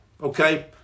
okay